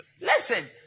Listen